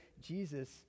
Jesus